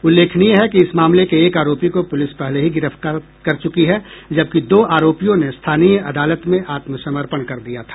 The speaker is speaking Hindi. उल्लेखनीय है कि इस मामले के एक आरोपी को पुलिस पहले ही गिरफ्तार कर चुकी है जबकि दो आरोपियों ने स्थानीय अदालत में आत्मसमर्पण कर दिया था